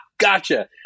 Gotcha